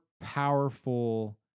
powerful